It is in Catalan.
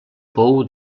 pou